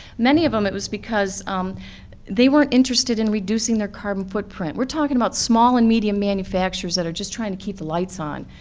many of them it was because they weren't interested in reducing their carbon footprint. we're talking about small and medium manufacturers that are just trying to keep the lights on,